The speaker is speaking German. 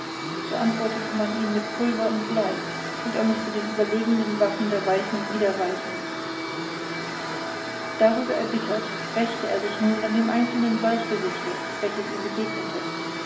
so antwortete man ihm mit pulver und blei und er mußte den überlegenen waffen der weißen wieder weichen darüber erbittert rächte er sich nun an dem einzelnen bleichgesichte welches ihm begegnete